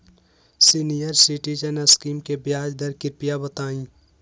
senior citizen scheme के ब्याज दर कृपया बताईं